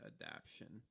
adaption